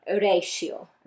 ratio